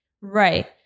right